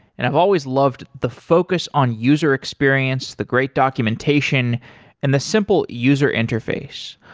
and i've always loved the focus on user experience, the great documentation and the simple user interface.